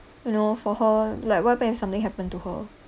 you know for her like what happen if something happen to her